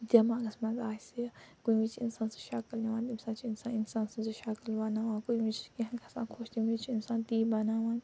دٮ۪ماغَس مَنٛز آسہِ کُنہِ وِز چھِ اِنسان سٕنٛز شکل یِوان تَمہِ ساتہٕ چھِ اِنسان اِنسان سٕنٛزے شکل بناوان کُنہِ وِزِ چھِ کیٚنٛہہ گَژھان خوش تَمہِ وِزِ چھِ اِنسان تی بناوان